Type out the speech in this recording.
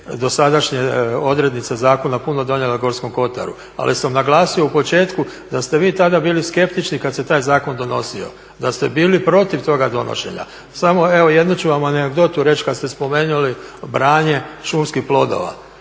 dosadašnje odrednice zakona puno donijele Gorskom kotaru ali sam naglasio u početku da ste vi tada bili skeptični kad se taj zakon donosio, da ste bili protiv toga donošenja. Samo evo jednu ću vam anegdotu reći kad ste spomenuli branje šumskih plodova.